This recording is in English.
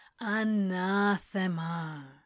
Anathema